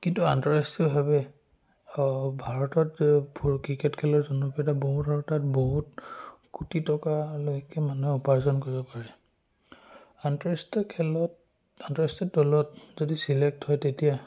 কিন্তু আন্তঃৰাষ্ট্ৰীয়ভাৱে ভাৰতত বহুত ক্ৰিকেট খেলৰ জনপ্ৰিয়তা বহুত তাত বহুত কুটি টকালৈকে মানুহে উপাৰ্জন কৰিব পাৰে আন্তঃৰাষ্ট্ৰীয় খেলত আন্তঃৰাষ্ট্ৰীয় দলত যদি চিলেক্ট হয় তেতিয়া